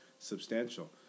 Substantial